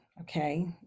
okay